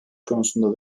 konusunda